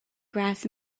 grass